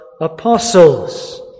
apostles